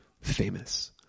famous